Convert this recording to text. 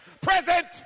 Present